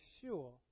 sure